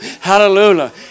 hallelujah